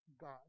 God